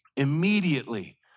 immediately